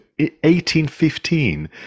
1815